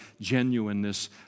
genuineness